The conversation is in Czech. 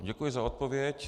Děkuji za odpověď.